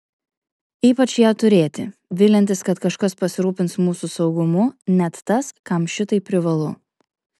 ypač ją turėti viliantis kad kažkas pasirūpins mūsų saugumu net tas kam šitai privalu